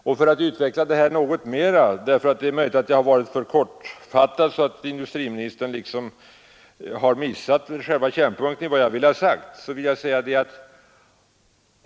Jag skall kanske utveckla det något mera, för det är möjligt att jag har varit för kortfattad, så att industriministern har missat själva kärnpunkten i vad jag ville ha sagt.